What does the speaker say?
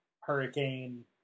hurricane